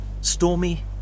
stormy